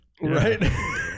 right